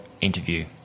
interview